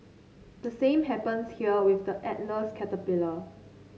the same happens here with the Atlas caterpillar